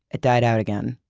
it died out again.